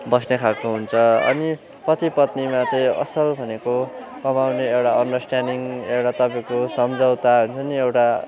बस्ने खालको हुन्छ अनि पति पत्नीमा चाहिँ असल भनेको कमाउने एउटा अन्डरस्टेन्डिङ एउटा तपाईँको सम्झौता हुन्छ नि एउटा